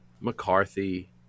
McCarthy